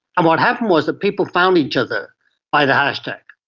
and what happened was that people found each other by the hashtag,